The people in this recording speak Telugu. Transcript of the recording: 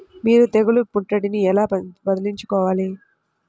మీరు తెగులు ముట్టడిని ఎలా వదిలించుకోవాలి?